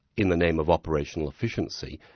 in the name of operational efficiency,